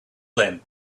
then